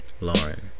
Lauren